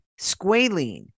squalene